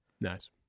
Nice